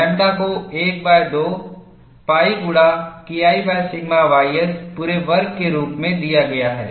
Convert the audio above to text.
lambda को 12 pi गुणा KI sigma ys पूरे वर्ग के रूप में दिया गया है